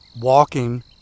walking